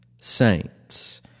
Saints